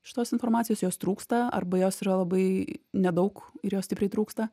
šitos informacijos jos trūksta arba jos yra labai nedaug ir jos stipriai trūksta